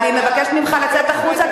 אני מבקשת ממך לצאת החוצה.